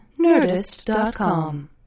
Nerdist.com